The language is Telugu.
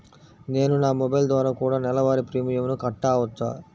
నేను నా మొబైల్ ద్వారా కూడ నెల వారి ప్రీమియంను కట్టావచ్చా?